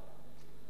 אבל מה?